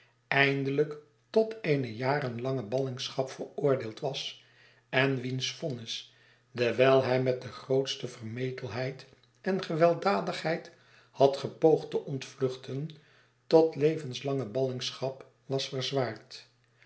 eindelijk tot eene jarenlange ballingschap veroordeeld was en wiens vonnis dewijl hij met de grootste vermetelheid en gewelddadigheid had gepoogd te ontvluchten tot levenslange ballingschap was verzwaard